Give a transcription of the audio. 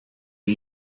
are